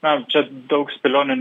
na čia daug spėlionių